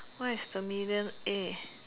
why is the median A